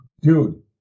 dude